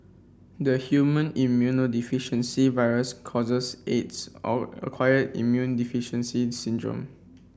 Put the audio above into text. the human immunodeficiency virus causes Aids or acquired immune deficiency syndrome